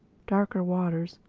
darker waters,